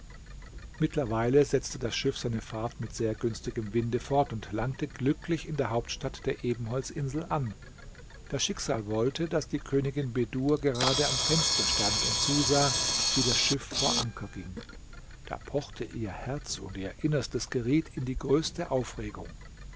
mittlerweile setzte das schiff seine fahrt mit sehr günstigem winde fort und langte glücklich in der hauptstadt der ebenholzinsel an das schicksal wollte das die königin bedur gerade am fenster stand und zusah wie das schiff vor anker ging da pochte ihr herz und ihr innerstes geriet in die größte aufregung